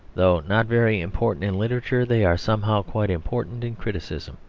though not very important in literature they are somehow quite important in criticism.